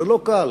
זה לא קל,